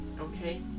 okay